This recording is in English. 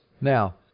Now